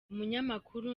umunyamakuru